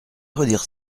redire